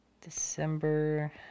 December